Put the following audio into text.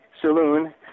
saloon